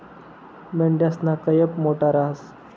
मेंढयासना कयप मोठा रहास